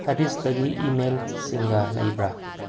ꯍꯥꯔꯤꯁꯇꯒꯤ ꯏꯃꯦꯜꯁꯤꯡꯒ ꯂꯩꯕ꯭ꯔꯥ